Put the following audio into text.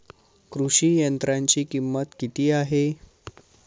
कृषी यंत्राची किंमत किती आहे?